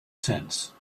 sense